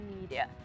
media